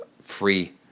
free